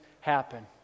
happen